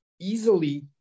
easily